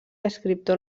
escriptor